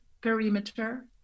perimeter